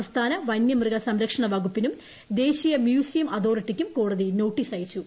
സംസ്ഥാന വന്യ മൃഗ സംരക്ഷണ വകുപ്പിനും ദേശീയ മ്യൂസിയം അതോറിറ്റിക്കും കോടതി നോട്ടീസ് അയച്ചു